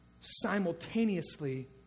simultaneously